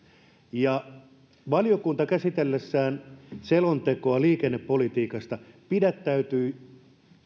ja valiokunta käsitellessään selontekoa liikennepolitiikasta pidättäytyi